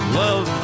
love